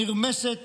נרמסת